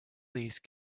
these